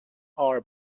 are